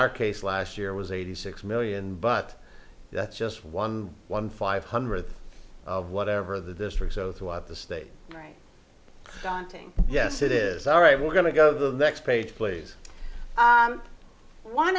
our case last year was eighty six million but that's just one one five hundredth of whatever this or so throughout the state right daunting yes it is all right we're going to go to the next page plays i want